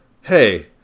Hey